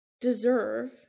deserve